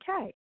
Okay